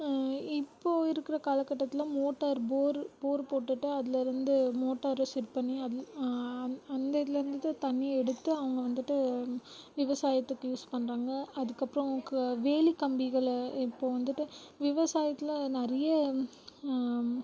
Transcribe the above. இப்போது இருக்கிற காலகட்டத்தில் மோட்டார் போரு போரு போட்டுட்டு அதில் இருந்து மோட்டாரை செட் பண்ணி அதில் அன் அந்த இதில் இருந்து தான் தண்ணியை எடுத்து அவங்க வந்துட்டு விவசாயத்துக்கு யூஸ் பண்ணுறாங்க அதுக்கப்புறோம் க வேலி கம்பிகளை இப்போது வந்துட்டு விவசாயத்தில் நிறைய